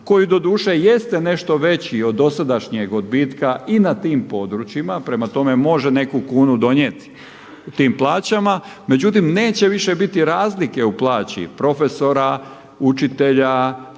koji doduše i jeste nešto veći od dosadašnjeg odbitka i na tim područjima. Prema tome može neku kunu donijeti tim plaćama. Međutim neće više biti razlike u plaći profesora, učitelja,